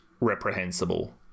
reprehensible